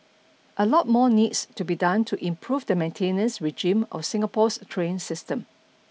a lot more needs to be done to improve the maintenance regime of Singapore's train system